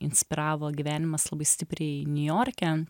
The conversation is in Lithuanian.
inspiravo gyvenimas labai stipriai niujorke